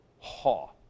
Haw